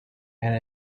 and